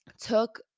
took